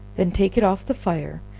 then take it off the fire,